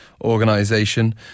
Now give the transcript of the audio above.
organization